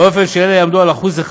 באופן שאלו יעמדו על 1%,